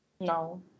no